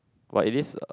but it is a